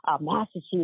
Massachusetts